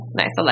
nice